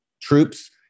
troops